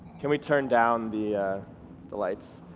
can we turn down the the lights?